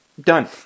done